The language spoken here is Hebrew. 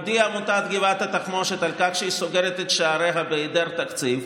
הודיעה עמותת גבעת התחמושת על כך שהיא סוגרת את שעריה בהיעדר תקציב,